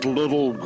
little